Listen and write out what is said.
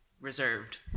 reserved